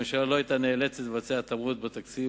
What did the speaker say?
הממשלה לא היתה נאלצת לעשות התאמות בתקציב,